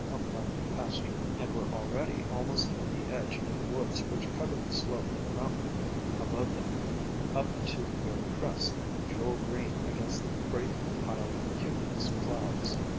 upland pasture, and were already almost in the edge of the woods which covered the slope of the mountain above them up to the very crest, jewel-green against the great, piled, cumulus clouds.